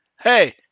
hey